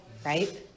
Right